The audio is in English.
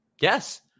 Yes